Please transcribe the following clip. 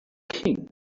king